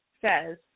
says